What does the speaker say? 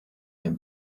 their